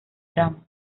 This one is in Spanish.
drama